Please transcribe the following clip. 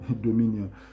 dominion